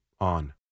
on